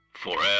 Forever